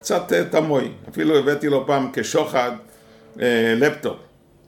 קצת תמוי, אפילו הבאתי לו פעם כשוחד לפטופ